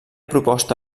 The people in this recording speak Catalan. proposta